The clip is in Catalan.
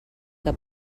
què